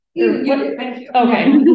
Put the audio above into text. Okay